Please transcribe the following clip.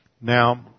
now